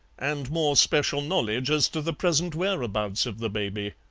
and more special knowledge as to the present whereabouts of the baby.